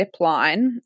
Zipline